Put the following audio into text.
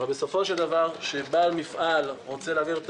אבל בסופו של דבר כשבעל מפעל רוצה להעביר את